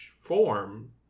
form